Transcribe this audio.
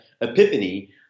epiphany